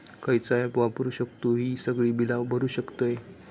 खयचा ऍप वापरू शकतू ही सगळी बीला भरु शकतय?